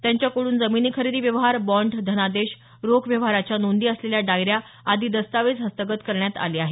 त्यांच्याकडून जमिनी खरेदी व्यवहार बाँड धनादेश रोख व्यवहाराच्या नोंदी असलेल्या डायऱ्या आदी दस्तावेज हस्तगत करण्यात आले आहेत